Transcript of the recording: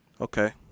Okay